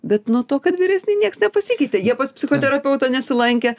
bet nuo to kad vyresni nieks nepasikeitė jie pas psichoterapeutą nesilankė